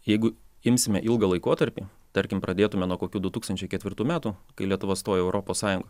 jeigu imsime ilgą laikotarpį tarkim pradėtume nuo kokių du tūkstančiai ketvirtų metų kai lietuva stojo į europos sąjungą